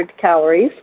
calories